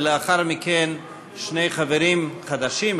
ולאחר מכן שני חברים חדשים,